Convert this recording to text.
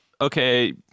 okay